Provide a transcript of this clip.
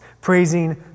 praising